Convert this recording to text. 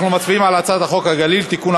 אנחנו מצביעים על הצעת חוק הגליל (תיקון,